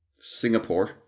Singapore